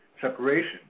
separation